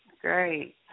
great